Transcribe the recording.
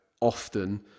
often